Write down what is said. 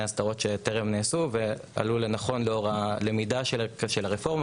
הסדרות שטרם נעשו ועלו לנכון לאור הלמידה של הרפורמה,